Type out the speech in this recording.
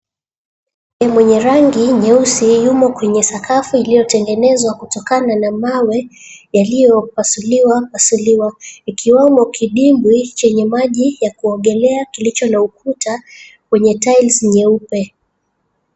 Ndege mwenye rangi nyeusi yumo kwenye sakafu iliyotengenezwa kutokana na mawe yaliyopasuliwapasuliwa ikiwemo kidimbwi chenye maji ya kuogelea kilicho na ukuta wenye tiles nyeupe.